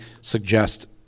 suggest